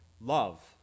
Love